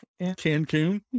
Cancun